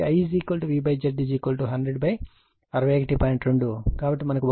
2 కాబట్టి మనకు 1